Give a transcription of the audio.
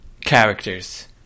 characters